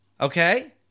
Okay